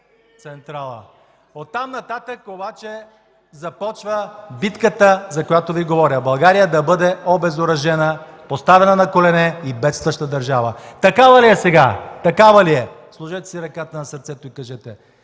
Оттам нататък обаче започва битката, за която Ви говоря – България да бъде обезоръжена, поставена на колене и бедстваща държава. Такава ли е сега?! Такава ли е?! Сложете си ръката на сърцето и кажете